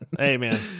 Amen